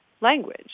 language